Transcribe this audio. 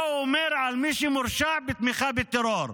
מה הוא אומר על מי שמורשע בתמיכה בטרור?